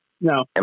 No